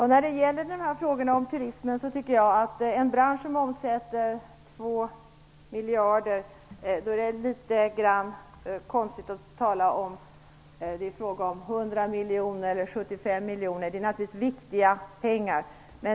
Herr talman! Jag tycker att det när det gäller en bransch som turistbranschen, som omsätter 2 miljarder kronor, är litet konstigt att tala om 100 eller 75 miljoner kronor, även om det naturligtvis är viktiga pengar.